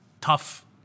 tough